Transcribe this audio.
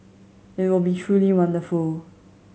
it will be truly wonderful